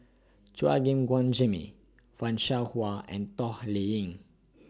Chua Gim Guan Jimmy fan Shao Hua and Toh Liying